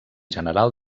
general